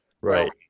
Right